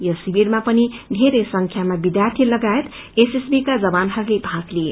यस शिविरमा पनि वेरै संख्यामा विष्यार्यी लगायत एसएसबी का जवानहस्ले भाग लिए